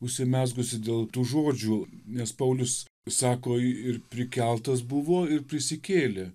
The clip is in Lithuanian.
užsimezgusi dėl tų žodžių nes paulius išsako ir prikeltas buvo ir prisikėlė